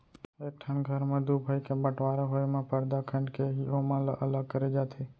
एक ठन घर म दू भाई के बँटवारा होय म परदा खंड़ के ही ओमन ल अलग करे जाथे